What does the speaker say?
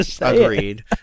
agreed